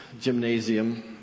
gymnasium